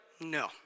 no